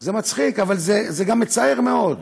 זה מצחיק, אבל זה גם מצער מאוד,